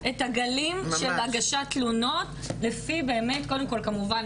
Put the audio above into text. ממש אפשר לראות את הגלים של הגשת תלונות לפי באמת קודם כל כמובן